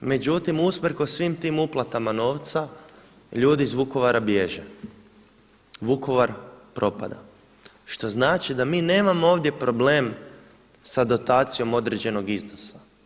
Međutim, svim tim uplatama novca ljudi iz Vukovara bježe, Vukovar propada što znači da mi nemamo ovdje problem sa dotacijom određenog iznosa.